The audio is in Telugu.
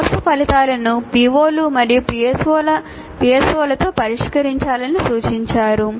కోర్సు ఫలితాలను POలు మరియు PSO లతో పరిష్కరించాలని సూచించారు